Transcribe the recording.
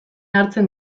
hartzen